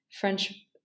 French